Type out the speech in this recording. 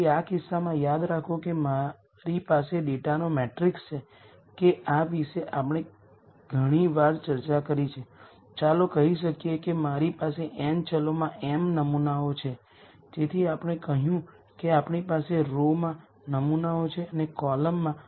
તેથી આ બધા r eigen vectors null space માં છે જેનો મૂળભૂત અર્થ એ છે કે નલ સ્પેસ નું ડાયમેન્શન r છે કારણ કે ત્યાં નલ સ્પેસમાં r વેક્ટર છે અને રેન્ક નલ્ટી પ્રમેયમાંથી આપણે જાણીએ છીએ કે રેન્ક નલિટી કોલમ્સની સંખ્યા